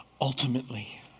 ultimately